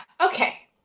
Okay